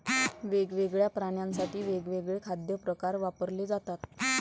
वेगवेगळ्या प्राण्यांसाठी वेगवेगळे खाद्य प्रकार वापरले जातात